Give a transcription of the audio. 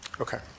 okay